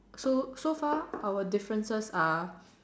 so so far our differences are